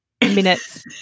minutes